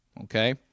okay